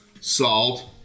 salt